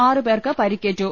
ആറ് പേർക്ക് പരിക്കേറ്റു